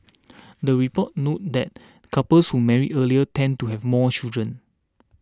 the report noted that couples who marry earlier tend to have more children